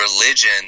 religion